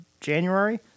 January